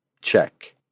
Check